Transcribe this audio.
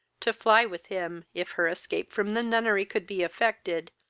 to fly with him, if her escape from the nunnery could be effected,